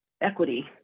equity